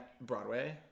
Broadway